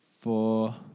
four